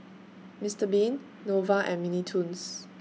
Mister Bean Nova and Mini Toons